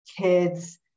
kids